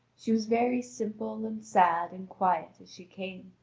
she was very simple and sad and quiet as she came,